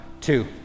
two